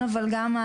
זה על גבול המאוחר,